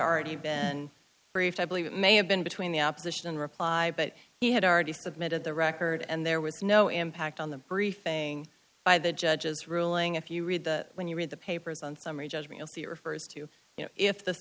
already been briefed i believe it may have been between the opposition in reply but he had already submitted the record and there was no impact on the briefing by the judge's ruling if you read when you read the papers on summary judgment i'll see it refers to you know if the